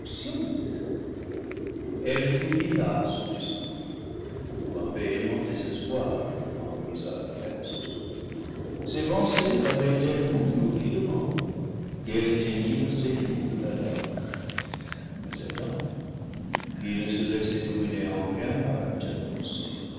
elle finit là son discours ou un véhément désespoir en brisa le reste ses pensées l'avaient tellement nourrie de mort qu'elles teignirent ses joues de pâleur mais adam qui ne se laissa dominer en rien par un tel conseil